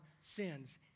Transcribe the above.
sins